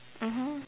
mmhmm